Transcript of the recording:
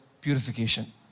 purification